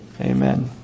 Amen